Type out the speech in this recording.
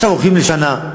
עכשיו הולכים לשנה.